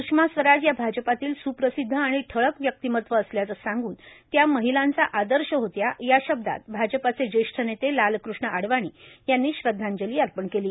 सुषमा स्वराज या भाजपातील सुप्रसिद्ध आणि ठळक व्यक्तिमत्व असल्याचं सांगून त्या महिलांचा आदर्श होत्या या शब्दात भाजपचे ज्येष्ठ नेते लालकृष्ण अडवाणी यांनी श्रद्धांजली अर्पण केली